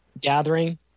gathering